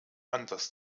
anders